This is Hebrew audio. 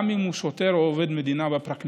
גם אם הוא שוטר או עובד מדינה בפרקליטות,